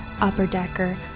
upper-decker